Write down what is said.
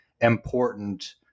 important